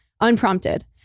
Unprompted